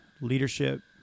leadership